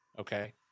okay